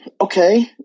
okay